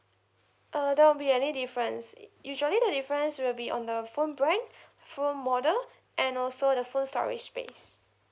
uh there won't be any difference usually the difference will be on the phone brand phone model and also the phone storage space